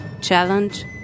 challenge